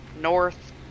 north